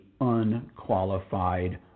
unqualified